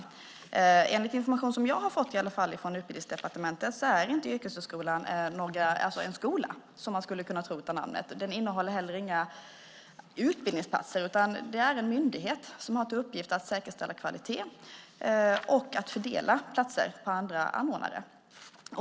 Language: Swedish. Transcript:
Åtminstone enligt information som jag har fått från Utbildningsdepartementet är inte yrkeshögskolan en skola, som man skulle kunna tro av namnet. Den innehåller inte heller några utbildningsplatser, utan det är en myndighet som har till uppgift att säkerställa kvalitet och att fördela platser på andra anordnare.